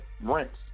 rents